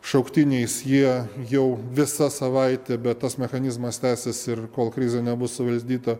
šauktiniais jie jau visą savaitę bet tas mechanizmas tęsiasi ir kol krizė nebus suvaldyta